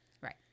Right